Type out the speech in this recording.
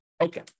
Okay